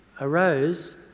arose